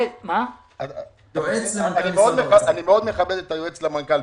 אני מאוד מכבד את היועץ למנכ"ל.